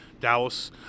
Dallas